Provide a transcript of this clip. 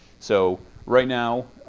so right now